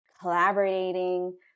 collaborating